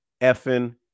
effing